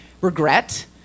regret